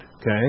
Okay